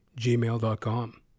gmail.com